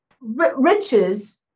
riches